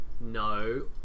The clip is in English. No